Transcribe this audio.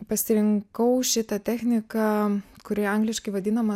pasirinkau šitą techniką kuri angliškai vadinama